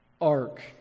ark